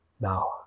now